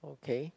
okay